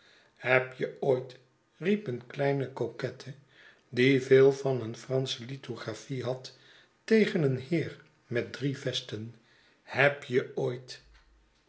heb je ooit riep een kleine coquette die veel van een fransche lithographie had tegen een heer met drie vesten heb je ooit